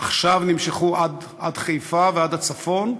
עכשיו נמשכו עד חיפה ועד הצפון,